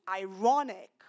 ironic